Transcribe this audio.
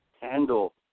handle